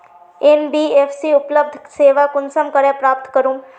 NBFC उपलब्ध सेवा कुंसम करे प्राप्त करूम?